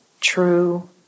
true